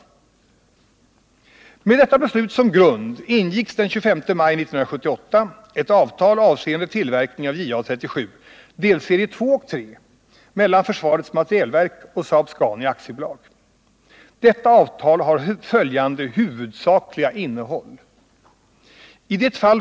Med detta beslut som grund ingicks den 25 maj 1978 ett avtal avseende tillverkning av JA 37, delserie 2 och 3, mellan försvarets materielverk och Saab-Scania AB. Detta avtal har följande huvudsakliga innehåll.